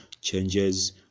Changes